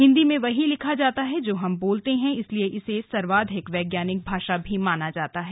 हिन्दी में वही लिखा जाता है जो हम बोलते है इसलिए इसे सर्वाधिक वैज्ञानिक भाषा भी माना जाता है